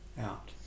out